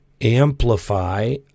amplify